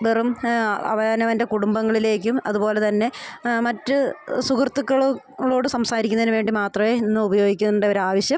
വെറും അവനവൻ്റെ കുടുംബങ്ങളിലേക്കും അത്പോലെ തന്നെ മറ്റ് സുഹൃത്തുക്കളോട് സംസാരിക്കുന്നതിന് വേണ്ടി മാത്രമേ ഇന്ന് ഉപയോഗിക്കേണ്ട ഒരു ആവശ്യം